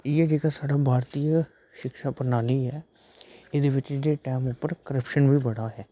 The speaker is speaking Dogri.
इयै जेह्का साढ़ा भारतीय शिक्षा प्रणाली ऐ एह्दे टैम पर करप्शन बी बड़ा ऐ